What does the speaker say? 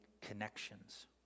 connections